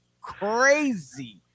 crazy